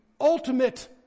ultimate